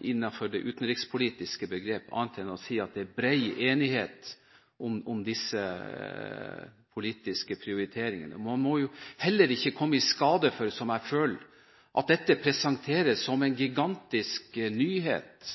innenfor det utenrikspolitiske begrep, annet enn å si at det er bred enighet om disse politiske prioriteringene. Man må heller ikke komme i skade for, som jeg føler, at dette presenteres som en gigantisk nyhet –